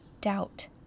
doubt